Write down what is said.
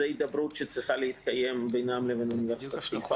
זו הידברות שצרכה להתקיים בינם לבין האוניברסיטה,